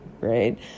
right